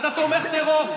אתה תומך טרור.